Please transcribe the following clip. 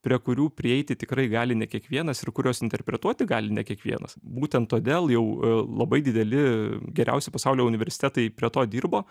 prie kurių prieiti tikrai gali ne kiekvienas ir kuriuos interpretuoti gali ne kiekvienas būtent todėl jau labai dideli geriausi pasaulio universitetai prie to dirbo